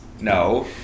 No